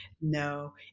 No